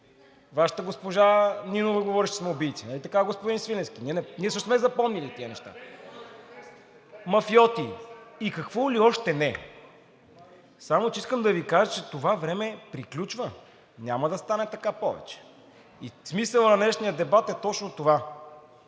Вашата госпожа Нинова говореше, че сме убийци, нали така господин Свиленски? (Реплики.) Ние също сме запомнили тези неща – „мафиоти“ и какво ли още не. Само че искам да Ви кажа, че това време приключва – няма да стане така повече. Смисълът на днешния дебат е точно това,